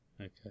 Okay